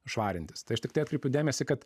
švarintis tai aš tiktai atkreipiu dėmesį kad